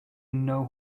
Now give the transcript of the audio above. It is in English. know